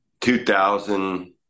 2000